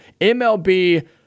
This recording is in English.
MLB